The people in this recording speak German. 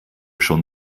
schon